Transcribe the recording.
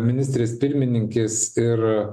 ministrės pirmininkės ir